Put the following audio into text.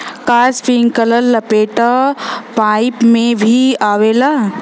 का इस्प्रिंकलर लपेटा पाइप में भी आवेला?